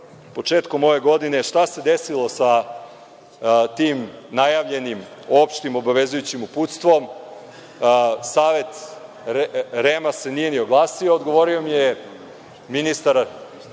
početkom ove godine - šta se desilo sa tim najavljenim opštim obavezujućim uputstvom, Savet REM se nije ni oglasio, odgovorio mi je ministar,